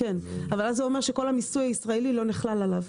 אבל אז זה אומר שכל המיסוי הישראלי לא חל עליו.